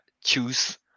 choose